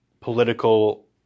political